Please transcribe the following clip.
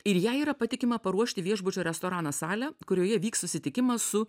ir jai yra patikima paruošti viešbučio restorano salę kurioje vyks susitikimas su